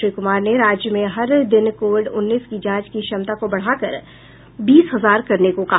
श्री कुमार ने राज्य में हर दिन कोविड उन्नीस की जांच की क्षमता को बढ़ाकर बीस हजार करने को कहा